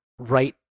right